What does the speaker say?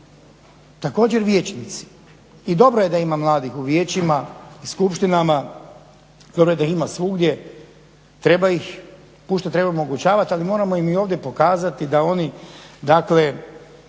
također vijećnici i dobro je da ima mladih u vijećima i skupštinama, dobro je da ih ima svugdje, treba ih puštat, treba im omogućavati, ali moramo im i ovdje pokazati da oni, dakle